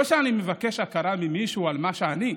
לא שאני מבקש הכרה ממישהו על מה שאני,